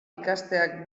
ikasteak